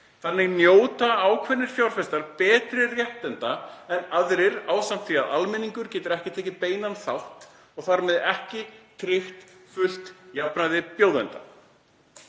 Þannig njóta ákveðnar fjárfestar betri réttinda en aðrir ásamt því að almenningur getur ekki tekið beinan þátt og þar með ekki tryggt fullt jafnræði bjóðenda.“